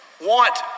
want